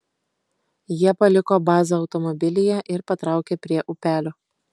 jie paliko bazą automobilyje ir patraukė prie upelio